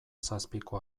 zazpiko